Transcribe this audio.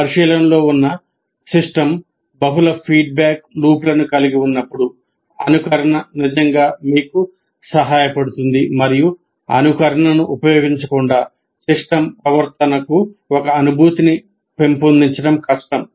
పరిశీలనలో ఉన్న సిస్టమ్ బహుళ ఫీడ్బ్యాక్ లూప్లను కలిగి ఉన్నప్పుడు అనుకరణ నిజంగా మీకు సహాయపడుతుంది మరియు అనుకరణను ఉపయోగించకుండా సిస్టమ్ ప్రవర్తనకు ఒక అనుభూతిని పెంపొందించడం కష్టం